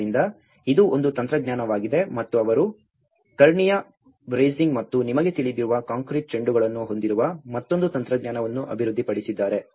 ಆದ್ದರಿಂದ ಇದು ಒಂದು ತಂತ್ರಜ್ಞಾನವಾಗಿದೆ ಮತ್ತು ಅವರು ಕರ್ಣೀಯ ಬ್ರೇಸಿಂಗ್ ಮತ್ತು ನಿಮಗೆ ತಿಳಿದಿರುವ ಕಾಂಕ್ರೀಟ್ ಚೆಂಡುಗಳನ್ನು ಹೊಂದಿರುವ ಮತ್ತೊಂದು ತಂತ್ರಜ್ಞಾನವನ್ನು ಅಭಿವೃದ್ಧಿಪಡಿಸಿದ್ದಾರೆ